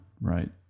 right